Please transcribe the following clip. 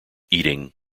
eating